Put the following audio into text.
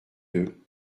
deux